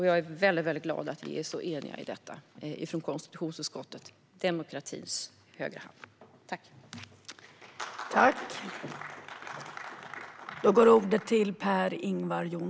Jag är väldigt glad över att vi i konstitutionsutskottet, demokratins högra hand, är så eniga om detta.